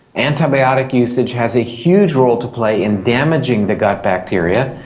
antibiotic usage has a huge role to play in damaging the gut bacteria,